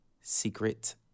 secret